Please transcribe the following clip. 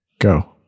go